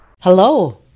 Hello